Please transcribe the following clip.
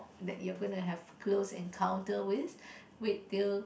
that you're gonna have close encounter with wait till